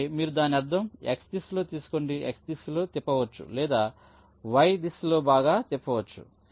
అంటే మీరు దాని అద్దం x దిశలో తీసుకోండి x దిశలో తిప్పవచ్చు లేదా వై దిశలో బాగా తిప్పవచ్చు